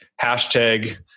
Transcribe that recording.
hashtag